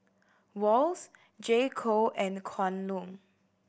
Wall's J Co and Kwan Loong